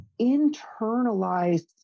internalized